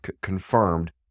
confirmed